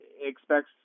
expects